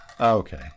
Okay